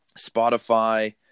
Spotify